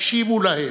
הקשיבו להם,